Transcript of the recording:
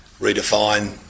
redefine